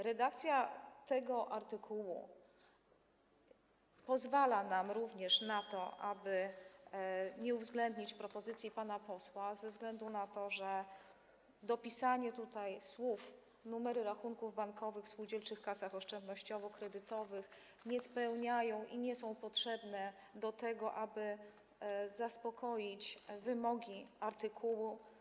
Redakcja tego artykułu pozwala nam również na to, aby nie uwzględnić propozycji pana posła ze względu na to, że dopisanie tutaj słów „numery rachunków bankowych w spółdzielczych kasach oszczędnościowo-kredytowych” nie spełnia, nie jest potrzebne, aby zaspokoić wymogi artykułu.